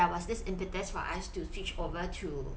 there was this for us to switch over to